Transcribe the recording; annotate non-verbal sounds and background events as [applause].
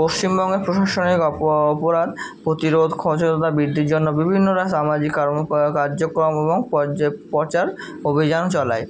পশ্চিমবঙ্গের প্রশাসনিক অপ অপরাধ প্রতিরোধ [unintelligible] বৃদ্ধির জন্য বিভিন্নরা সামাজিক [unintelligible] কার্যক্রম এবং পর্যা প্রচার অভিযান চালায়